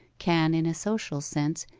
can, in a social sense,